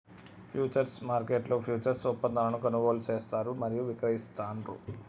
futures మార్కెట్లో futures ఒప్పందాలను కొనుగోలు చేస్తారు మరియు విక్రయిస్తాండ్రు